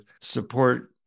support